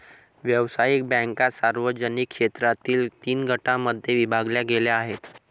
व्यावसायिक बँका सार्वजनिक क्षेत्रातील तीन गटांमध्ये विभागल्या गेल्या आहेत